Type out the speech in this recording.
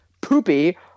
poopy